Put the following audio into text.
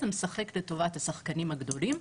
זה משחק לטובת השחקנים הגדולים.